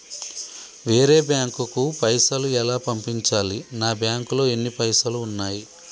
వేరే బ్యాంకుకు పైసలు ఎలా పంపించాలి? నా బ్యాంకులో ఎన్ని పైసలు ఉన్నాయి?